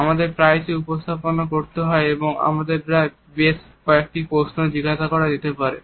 আমাদের প্রায়শই উপস্থাপনা করতে হয় এবং আমাদের বেশ কয়েকটি প্রশ্ন জিজ্ঞেস করা হতে পারে